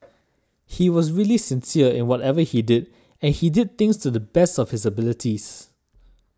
he was really sincere in whatever he did and he did things to the best of his abilities